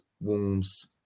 Wolves